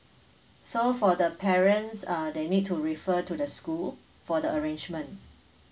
so for the parents uh they need to refer to the school for the arrangement